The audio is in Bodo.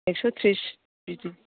एक्स' थ्रिस बिदि